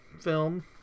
film